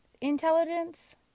intelligence